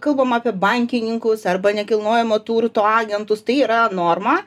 kalbam apie bankininkus arba nekilnojamo turto agentus tai yra norma